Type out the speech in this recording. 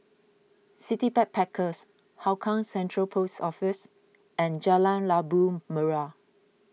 City Backpackers Hougang Central Post Office and Jalan Labu Merah